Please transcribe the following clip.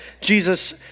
Jesus